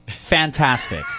fantastic